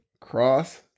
Cross